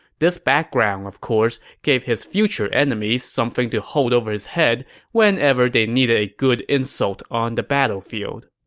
this background, of course, gave his future enemies something to hold over his head whenever they needed a good insult on the battlefield.